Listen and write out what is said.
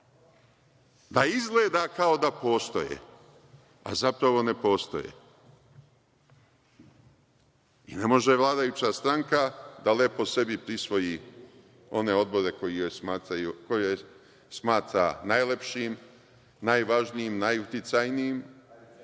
da izgleda kao da postoje, a zapravo ne postoje. Ne može vladajuća stranka da lepo sebi prisvoji one odbore koje smatram najlepšim, najvažnijim, najuticajnijim,